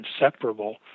inseparable